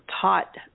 taught